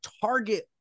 target